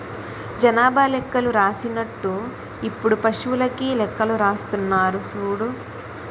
జనాభా లెక్కలు రాసినట్టు ఇప్పుడు పశువులకీ లెక్కలు రాస్తున్నారు సూడు